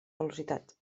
velocitat